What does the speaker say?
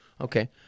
Okay